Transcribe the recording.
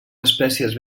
espècies